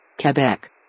Quebec